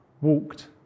walked